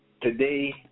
today